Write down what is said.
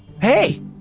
Hey